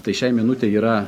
tai šiai minutei yra